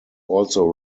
also